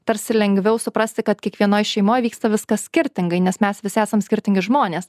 tarsi lengviau suprasti kad kiekvienoj šeimoj vyksta viskas skirtingai nes mes visi esam skirtingi žmonės